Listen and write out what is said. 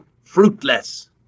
fruitless